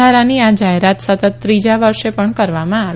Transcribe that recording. વધારાની આ જાહેરાત સતત ત્રીજા વર્ષે પણ કરવામાં આવી છે